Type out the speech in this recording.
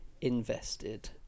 invested